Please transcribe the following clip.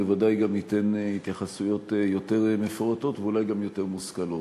בוודאי גם ייתן התייחסויות יותר מפורטות ואולי גם יותר מושכלות.